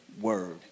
word